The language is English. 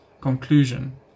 conclusion